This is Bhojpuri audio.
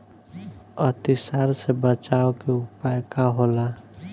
अतिसार से बचाव के उपाय का होला?